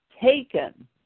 taken